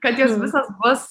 kad jos visos bus